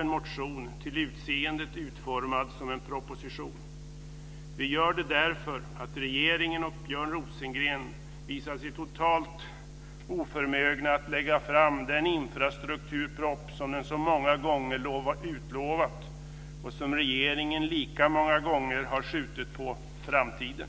en motion till utseendet utformad som en proposition. Vi gör det därför att regeringen och Björn Rosengren visat sig totalt oförmögna att lägga fram den infrastrukturpropp som den så många gånger utlovat och som regeringen lika många gånger har skjutit på framtiden.